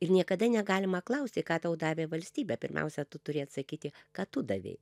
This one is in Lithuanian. ir niekada negalima klausti ką tau davė valstybė pirmiausia tu turi atsakyti kad tu davei